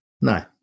No